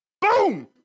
boom